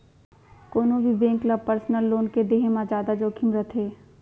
कोनो भी बेंक ल पर्सनल लोन के देहे म जादा जोखिम रथे